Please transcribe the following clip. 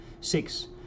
six